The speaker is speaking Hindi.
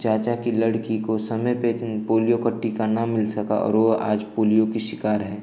चाचा की लड़की को समय पर पोलियो का टीका न मिल सका और वह आज पोलियो की शिकार है